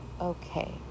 okay